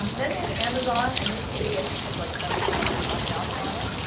then there's amazon. and this page, i think, has like seventy nine opt outs on it.